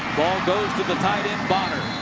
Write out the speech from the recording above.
ball goes to the tight end, bonner.